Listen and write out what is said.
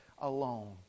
alone